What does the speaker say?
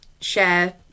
share